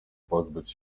pozbyć